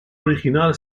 original